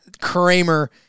Kramer